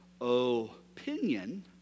Opinion